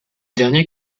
dernier